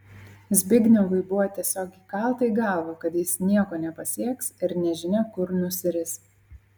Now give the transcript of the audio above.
zbignevui buvo tiesiog įkalta į galvą kad jis nieko nepasieks ir nežinia kur nusiris